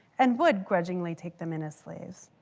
and would grudgingly take them in as slaves.